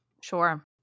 Sure